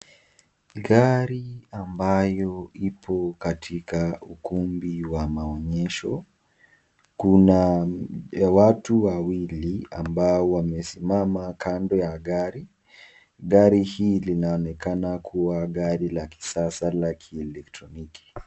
Gari ambayo ipo katika ukumbi wa maonyesho kuna watu wawili ambao wamesimama kando ya gari gari hii linaonekana kuwa gari la kisasa la kielektroniki.